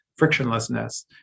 frictionlessness